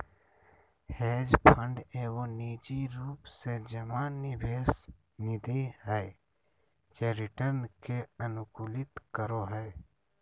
hedge fund एगो निजी रूप से जमा निवेश निधि हय जे रिटर्न के अनुकूलित करो हय